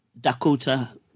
Dakota